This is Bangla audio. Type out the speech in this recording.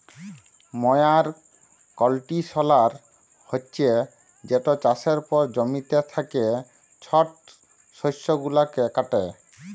ময়ার কল্ডিশলার হছে যেট চাষের পর জমিতে থ্যাকা ছট শস্য গুলাকে কাটে